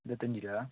ഇരുപത്തഞ്ച് രൂപ